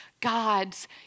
God's